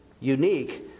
unique